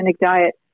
diet